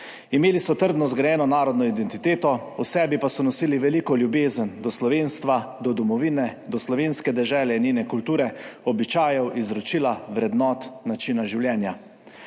Imeli so trdno zgrajeno narodno identiteto, v sebi pa so nosili veliko ljubezen do slovenstva, domovine, slovenske dežele in njene kulture, običajev, izročila, vrednot, načina življenja.